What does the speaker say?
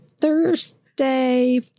Thursday